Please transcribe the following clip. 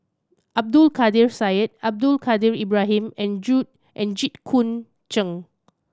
Abdul Kadir Syed Abdul Kadir Ibrahim and and Jit Koon Ch'ng